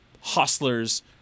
hustlers